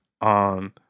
on